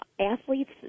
athletes